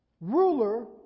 ruler